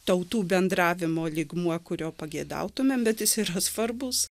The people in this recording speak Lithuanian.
tautų bendravimo lygmuo kurio pageidautumėm bet jis yra svarbus